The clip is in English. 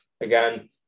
again